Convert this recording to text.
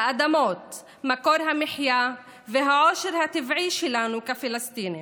האדמות, מקור המחיה והעושר הטבעי שלנו כפלסטינים.